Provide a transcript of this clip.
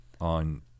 on